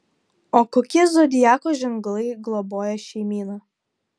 o kokie zodiako ženklai globoja šeimyną